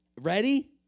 ready